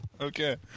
Okay